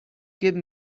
give